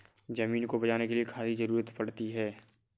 ज़मीन को उपजाने के लिए खाद की ज़रूरत पड़ती है